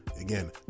Again